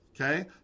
okay